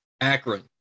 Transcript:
Akron